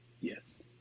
Yes